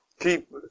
Keep